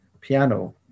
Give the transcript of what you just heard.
piano